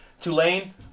Tulane